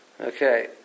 Okay